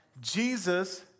Jesus